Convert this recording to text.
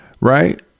right